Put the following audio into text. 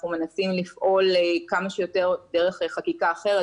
מנסים לפעול כמה שיותר דרך חקיקה אחרת,